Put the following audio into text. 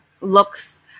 looks